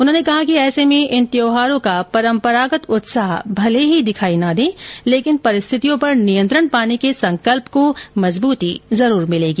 उन्होंने कहा कि ऐसे में इन त्योहारों का परम्परागत उत्साह भले ही दिखाई न दें लेकिन परिस्थितियों पर नियंत्रण पाने के संकल्प को मजबूती जरूर मिलेगी